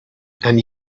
and